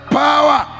power